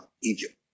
Egypt